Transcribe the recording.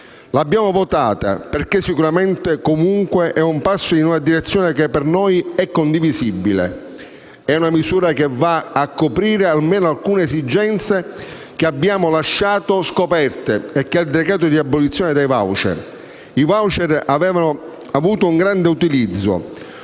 L'abbiamo votata perché comunque è un passo in una direzione per noi condivisibile: è una misura che va a coprire almeno alcune delle esigenze che abbiamo lasciato scoperte con il decreto di abolizione dei *voucher*. I *voucher* hanno avuto un grande utilizzo.